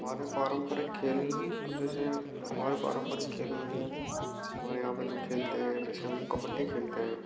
हमारे पारंपरिक खेल तो जैसे हमारे पारंपरिक खेल में है हमारे यहाँ पे जो खेलते हैं जैसे हम कबड्डी खेलते हैं